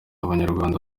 abanyarwanda